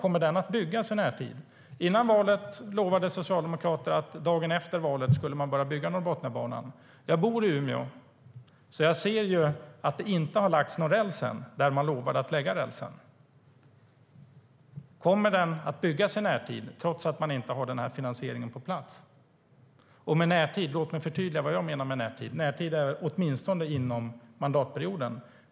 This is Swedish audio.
Kommer den att byggas i närtid? Före valet lovade Socialdemokraterna att man skulle börja bygga Norrbotniabanan dagen efter valet. Jag bor i Umeå, så jag ser att det ännu inte har lagts någon räls där man lovade att lägga rälsen. Kommer Norrbotniabanan att byggas i närtid trots att man inte har den här finansieringen på plats? Låt mig förtydliga vad jag menar med närtid: Närtid är åtminstone inom den här mandatperioden.